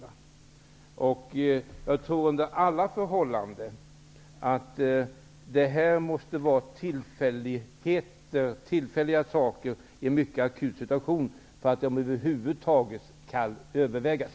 Jag tror också att under alla förhållanden måste det handla om tillfälliga saker i en mycket akut situation för att över huvud taget kunna övervägas.